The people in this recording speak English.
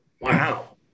Wow